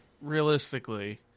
realistically